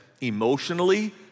emotionally